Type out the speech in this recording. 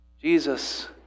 Jesus